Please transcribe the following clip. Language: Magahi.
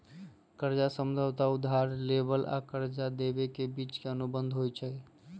कर्जा समझौता उधार लेबेय आऽ कर्जा देबे के बीच के अनुबंध होइ छइ